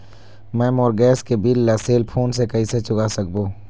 मैं मोर गैस के बिल ला सेल फोन से कइसे चुका सकबो?